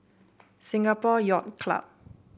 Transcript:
Singapore Yacht Club